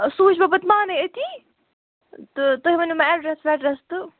سُہ وٕچھٕ بہٕ پتہٕ پانَے أتی تہٕ تۄہہِ ؤنِو مےٚ اٮ۪ڈرس وٮ۪ڈرس تہٕ